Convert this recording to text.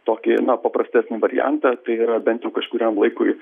tokį paprastesnį variantą tai yra bent jau kažkuriam laikui